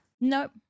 Nope